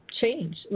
change